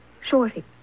Shorty